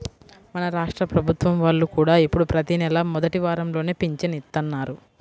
మన రాష్ట్ర ప్రభుత్వం వాళ్ళు కూడా ఇప్పుడు ప్రతి నెలా మొదటి వారంలోనే పింఛను ఇత్తన్నారు